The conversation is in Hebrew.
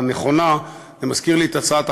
אוקיי, לא, אנחנו, חוק נתוני